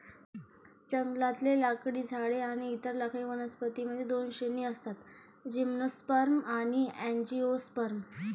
जंगलातले लाकडी झाडे आणि इतर लाकडी वनस्पतीं मध्ये दोन श्रेणी असतातः जिम्नोस्पर्म आणि अँजिओस्पर्म